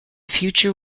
future